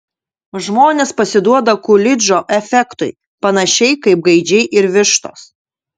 žmonės pasiduoda kulidžo efektui panašiai kaip gaidžiai ir vištos